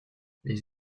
les